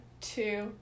two